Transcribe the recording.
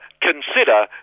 consider